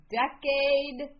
decade